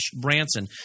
Branson